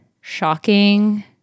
shocking